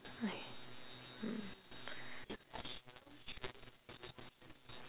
!aiyo! mm